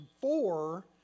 four